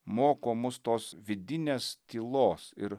moko mus tos vidinės tylos ir